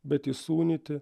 bet įsūnyti